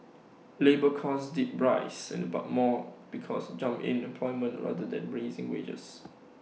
labour costs did rise but more because of the jump in employment rather than rising wages